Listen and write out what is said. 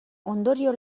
ondorio